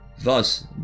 Thus